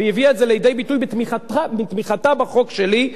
והיא הביאה את זה לידי ביטוי בתמיכתה בחוק שלי,